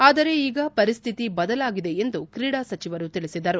ಆದರೆ ಈಗ ಪರಿಸ್ತಿತಿ ಬದಲಾಗಿದೆ ಎಂದು ಕ್ರೀಡಾ ಸಚಿವರು ತಿಳಿಸಿದರು